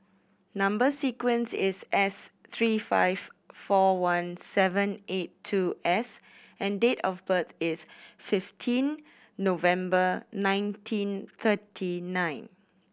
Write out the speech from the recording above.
number sequence is S three five four one seven eight two S and date of birth is fifteen November nineteen thirty nine